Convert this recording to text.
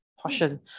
portion